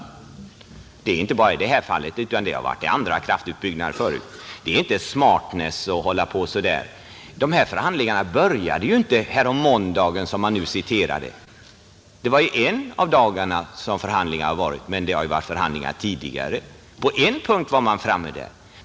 Det gäller inte bara i detta fall, utan på samma sätt har det varit vid andra kraftutbyggnader förut. Det är inte smartness att göra så. De här förhandlingarna började ju inte härommåndagen — ett uttryck som citerats under debatten. Det är en av de dagar då förhandlingar ägt rum, men det har ju förts förhandlingar tidigare. På en punkt var man framme där.